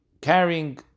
carrying